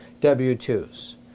W-2s